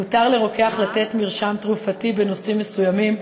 מותר לרוקח לתת מרשם תרופתי בנושאים מסוימים,